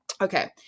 Okay